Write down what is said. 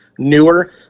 Newer